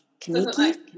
kaniki